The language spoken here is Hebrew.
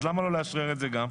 למה לא לאשרר את זה גם?